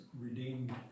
redeemed